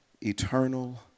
eternal